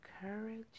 courage